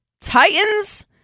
Titans